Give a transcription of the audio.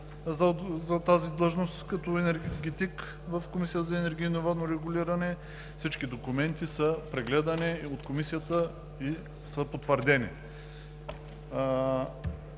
за тази длъжност като енергетик в Комисията за енергийно и водно регулиране. Всички документи са прегледани от Комисията и са потвърдени.